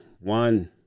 One